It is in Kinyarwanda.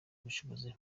ubushobozi